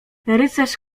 rycerz